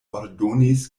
ordonis